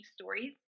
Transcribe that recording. stories